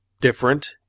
different